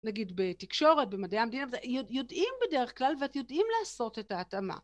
נגיד בתקשורת, במדעי המדינה, יודעים בדרך כלל יודעים לעשות את ההתאמה.